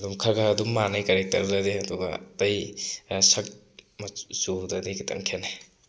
ꯑꯗꯨꯝ ꯈꯔ ꯈꯔ ꯑꯗꯨꯃ ꯃꯥꯟꯅꯩ ꯀꯔꯦꯛꯇꯔꯗꯗꯤ ꯑꯗꯨꯒ ꯑꯇꯩ ꯁꯛ ꯆꯨꯗꯗꯤ ꯈꯤꯇꯪ ꯈꯦꯠꯅꯩ